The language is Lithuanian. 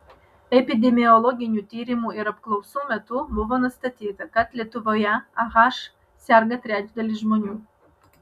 epidemiologinių tyrimų ir apklausų metu buvo nustatyta kad lietuvoje ah serga trečdalis žmonių